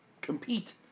compete